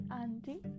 auntie